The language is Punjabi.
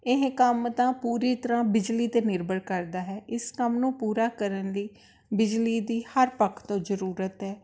ਇਹ ਕੰਮ ਤਾਂ ਪੂਰੀ ਤਰ੍ਹਾਂ ਬਿਜਲੀ 'ਤੇ ਨਿਰਭਰ ਕਰਦਾ ਹੈ ਇਸ ਕੰਮ ਨੂੰ ਪੂਰਾ ਕਰਨ ਲਈ ਬਿਜਲੀ ਦੀ ਹਰ ਪੱਖ ਤੋਂ ਜ਼ਰੂਰਤ ਹੈ